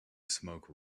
smoke